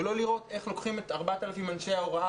ולא לראות איך לוקחים את 4,000 אנשי ההוראה,